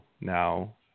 now –